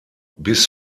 bis